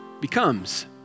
becomes